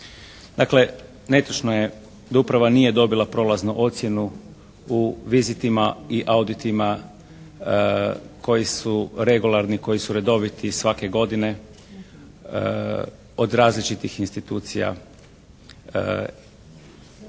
Dakle netočno je da uprava nije dobila prolaznu ocjenu u vizitima i auditima koji su regularni, koji su redoviti svake godine od različitih institucija